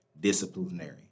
disciplinary